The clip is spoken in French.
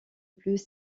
plus